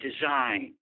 design